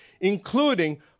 including